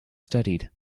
studied